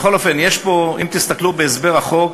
בכל אופן יש פה, אם תסתכלו בהסבר לחוק,